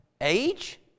age